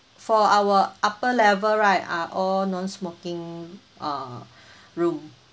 for our upper level right are all non smoking uh room